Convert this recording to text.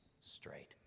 straight